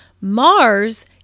Mars